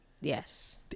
yes